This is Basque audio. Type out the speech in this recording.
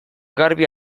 garbi